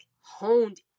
honed